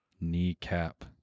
Kneecap